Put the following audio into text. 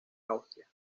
austria